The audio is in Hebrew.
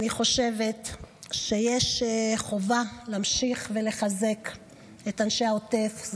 אני חושבת שיש חובה להמשיך ולחזק את אנשי העוטף,